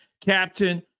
Captain